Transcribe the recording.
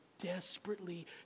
desperately